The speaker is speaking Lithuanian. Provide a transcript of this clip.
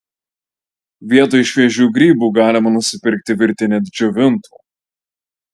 vietoj šviežių grybų galima nusipirkti virtinę džiovintų